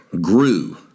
grew